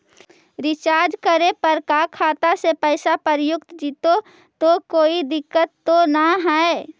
Recharge करे पर का खाता से पैसा उपयुक्त जितै तो कोई दिक्कत तो ना है?